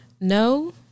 no